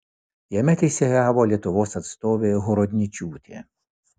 jame teisėjavo lietuvos atstovė horodničiūtė